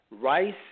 Rice